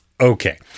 Okay